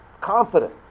confident